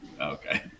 okay